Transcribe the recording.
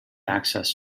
access